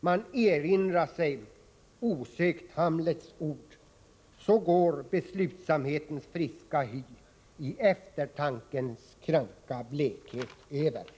Man erinrar sig osökt Hamlets ord: ”Så går beslutsamhetens friska hy i eftertankens kranka blekhet över.”